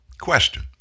question